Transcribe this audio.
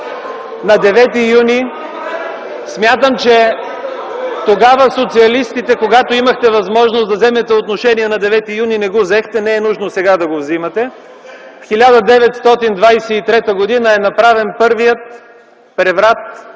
ЧУКАРСКИ: Смятам, че социалистите, когато имахте възможност да вземете отношение на 9 юни, не го взехте, не е нужно сега да го вземате. В 1923 г. е направен първият преврат